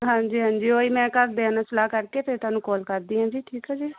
ਹਾਂਜੀ ਹਾਂਜੀ ਉਹੀ ਮੈਂ ਘਰਦਿਆਂ ਨਾਲ ਸਲਾਹ ਕਰਕੇ ਫਿਰ ਤੁਹਾਨੂੰ ਕੋਲ ਕਰਦੀ ਹਾਂ ਜੀ ਠੀਕ ਆ ਜੀ